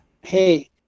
Hey